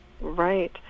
right